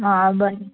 हां बरें